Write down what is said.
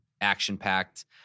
action-packed